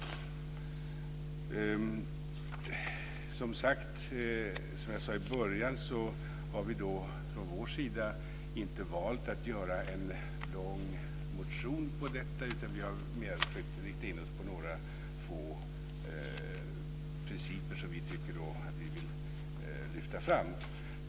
Som jag sade i början har vi från vår sida inte valt att väcka en lång motion om detta, utan vi har försökt att rikta in oss på några få principer som vi vill lyfta fram.